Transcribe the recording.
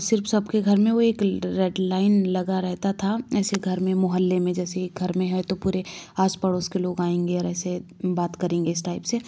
सिर्फ सबके घर में वो एक रेड लाइन लगा रहता था ऐसे घर में मोहल्ले में जैसे घर में है तो पूरे आस पड़ोस के लोग आएंगे और ऐसे बात करेंगे इस टाइप से